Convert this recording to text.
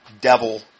devil